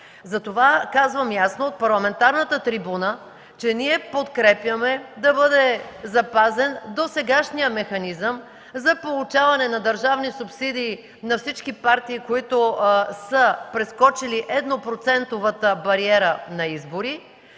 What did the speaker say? Затова казвам ясно от парламентарната трибуна, че ние подкрепяме да бъде запазен досегашният механизъм за получаване на държавни субсидии на всички партии, които са прескочили еднопроцентовата бариера на избори